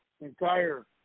entire